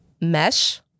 Mesh